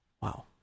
Wow